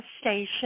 station